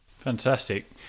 Fantastic